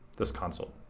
this console.